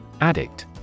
Addict